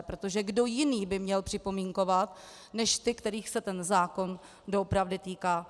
Protože kdo jiný by měl připomínkovat, než ti, kterých se ten zákon doopravdy týká?